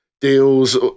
deals